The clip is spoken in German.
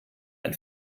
ein